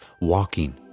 Walking